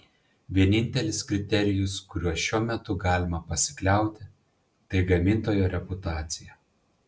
vienintelis kriterijus kuriuo šiuo metu galima pasikliauti tai gamintojo reputacija